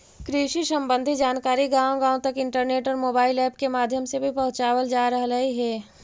कृषि संबंधी जानकारी गांव गांव तक इंटरनेट और मोबाइल ऐप के माध्यम से भी पहुंचावल जा रहलई हे